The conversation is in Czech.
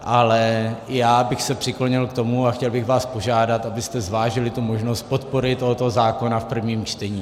Ale já bych se přiklonil k tomu, a chtěl bych vás požádat, abyste zvážili možnost podpory tohoto návrhu zákona v prvním čtení.